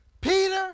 Peter